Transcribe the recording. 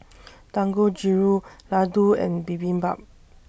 Dangojiru Ladoo and Bibimbap